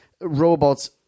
robots